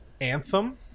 Anthem